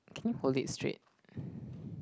can you hold it straight